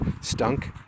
stunk